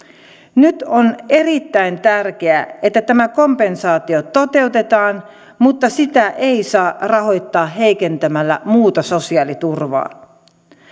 nyt on erittäin tärkeää että tämä kompensaatio toteutetaan mutta sitä ei saa rahoittaa heikentämällä muuta sosiaaliturvaa